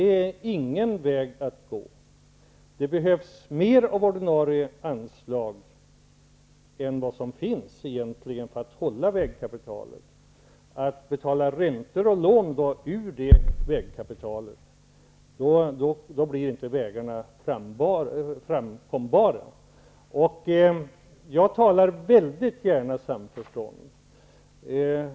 Det behövs egentligen mer av ordinarie anslag än vad som finns för att behålla vägkapitalet. Skall man då betala räntor och amorteringar ur det anslaget blir inte vägarna framkomliga. Det är ingen väg att gå. Jag diskuterar mycket gärna samförstånd.